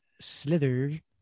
Slither